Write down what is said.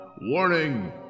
WARNING